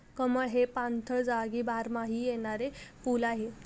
कमळ हे पाणथळ जागी बारमाही येणारे फुल आहे